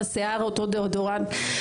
דיאודורנט.